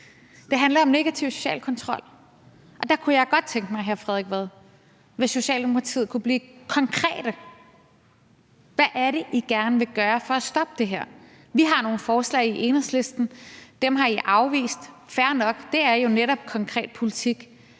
men lad det nu ligge. Der kunne jeg godt tænke mig, hr. Frederik Vad, hvis Socialdemokratiet kunne blive konkrete om, hvad det er, I gerne vil gøre for at stoppe det her. Vi har nogle forslag i Enhedslisten, dem har I afvist. Fair nok, det er jo netop konkret politik.